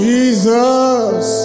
Jesus